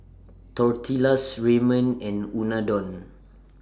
Tortillas Ramen and Unadon